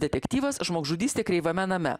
detektyvas žmogžudystė kreivame name